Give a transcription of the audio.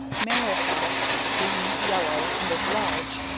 marrow fats, green, yellow, and is large,